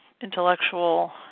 intellectual